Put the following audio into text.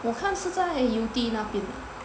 我看是在 yew tee 那边